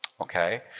Okay